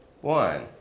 one